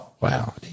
Wow